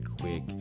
quick